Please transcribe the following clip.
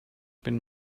been